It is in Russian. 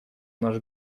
наш